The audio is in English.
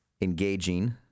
engaging